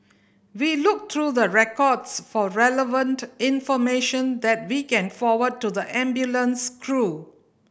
we look through the records for relevant information that we can forward to the ambulance crew